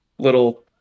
little